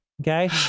Okay